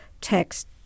text